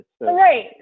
Right